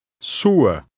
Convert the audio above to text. Sua